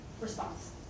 response